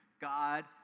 God